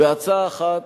בהצעה אחת